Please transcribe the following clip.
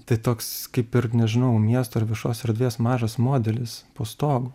tai toks kaip ir nežinau miesto ar viešos erdvės mažas modelis po stogu